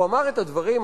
הוא אמר את הדברים,